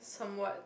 somewhat